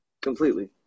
completely